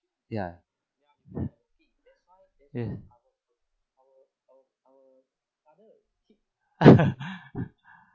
ya yes